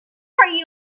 thirty